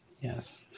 Yes